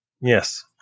Yes